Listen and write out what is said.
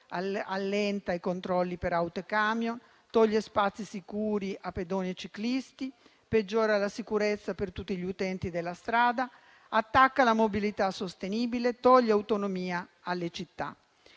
e i controlli per auto e camion, toglie spazi sicuri a pedoni e ciclisti, peggiora la sicurezza per tutti gli utenti della strada, attacca la mobilità sostenibile, togliendo autonomia alle città.